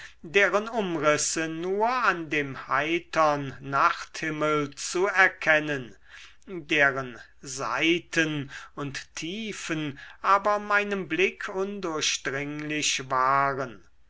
deren umrisse nur an dem heitern nachthimmel zu erkennen deren seiten und tiefen aber meinem blick undurchdringlich waren